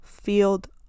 Field